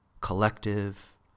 collective